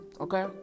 Okay